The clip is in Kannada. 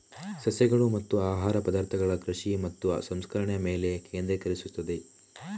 ಸಸ್ಯಗಳು ಮತ್ತು ಆಹಾರ ಪದಾರ್ಥಗಳ ಕೃಷಿ ಮತ್ತು ಸಂಸ್ಕರಣೆಯ ಮೇಲೆ ಕೇಂದ್ರೀಕರಿಸುತ್ತದೆ